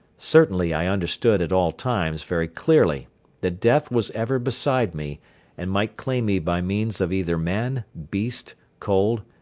certainly i understood at all times very clearly that death was ever beside me and might claim me by means of either man, beast, cold,